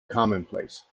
commonplace